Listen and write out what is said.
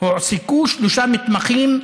הועסקו שלושה מתמחים,